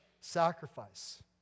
sacrifice